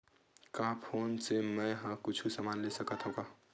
का फोन से मै हे कुछु समान ले सकत हाव का?